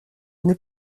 n’est